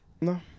No